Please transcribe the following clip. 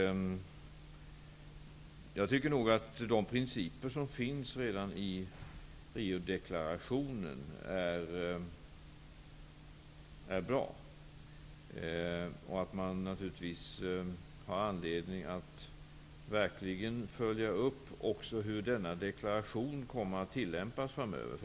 Jag tycker att de principer som redan finns i Riodeklarationen är bra och att man naturligtvis har anledning att verkligen följa upp även hur denna deklaration kommer att tillämpas framöver.